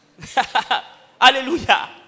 Hallelujah